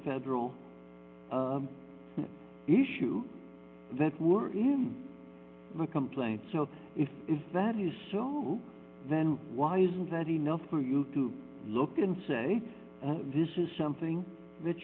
federal issue that were in the complaint so if is that is so then why isn't that enough for you to look and say this is something that